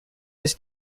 this